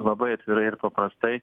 labai atvirai ir paprastai